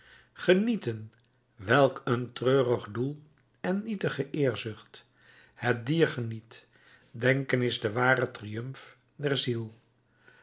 genieten welk een treurig doel en nietige eerzucht het dier geniet denken is de ware triumf der ziel